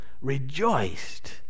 rejoiced